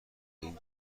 این